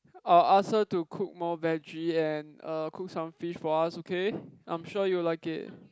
I'll ask her to cook more vege and uh cook some fish for us okay I'm sure you'll like it